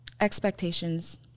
expectations